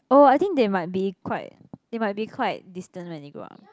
oh I think they might be quite they might be quite distant when they grow up